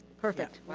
perfect.